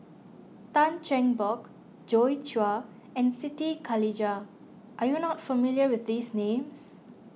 Tan Cheng Bock Joi Chua and Siti Khalijah are you not familiar with these names